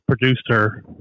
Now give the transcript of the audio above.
producer